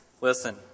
Listen